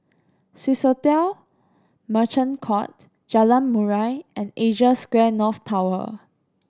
Swissotel Merchant Court Jalan Murai and Asia Square North Tower